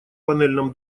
панельном